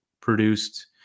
produced